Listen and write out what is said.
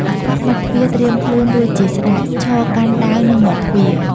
អាខ្វាក់ បិទទ្វារត្រៀមខ្លួនរួចជាស្រេច ឈរកាន់ដាវនៅមាត់ទ្វារ។